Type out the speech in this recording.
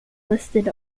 listed